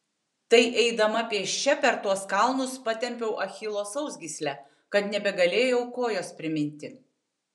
tai eidama pėsčia per tuos kalnus patempiau achilo sausgyslę kad nebegalėjau kojos priminti